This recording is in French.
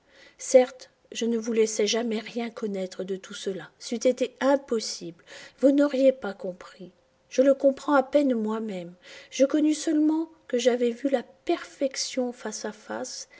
certes je ne vous laissai jamais rien connaître de tout cela c'eût été impossible vous n'auriez pas compris je le comprends à peine moi-même je connus seulement que j'avais vu la perfection face à face